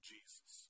Jesus